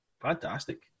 Fantastic